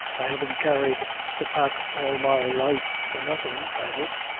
i haven't carried the pack all my life for nothing, i hope.